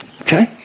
Okay